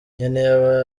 nkeneye